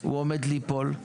הוא עומד ליפול.